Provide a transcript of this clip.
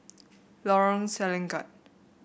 Lorong Selangat